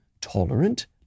tolerant